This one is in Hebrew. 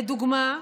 לדוגמה,